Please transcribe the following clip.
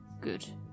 Good